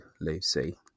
Lucy